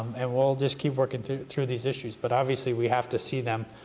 and we'll just keep working through through these issues, but obviously we have to see them,